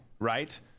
right